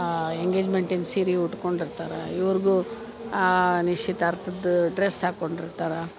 ಆ ಎಂಗೇಜ್ಮೆಂಟಿಂದು ಸೀರೆ ಉಟ್ಕೊಂಡು ಇರ್ತಾರೆ ಇವ್ರಿಗೂ ನಿಶ್ಚಿತಾರ್ಥದ ಡ್ರೆಸ್ ಹಾಕೊಂಡಿರ್ತಾರ